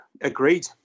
Agreed